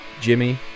Jimmy